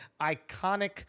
iconic